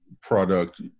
product